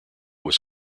was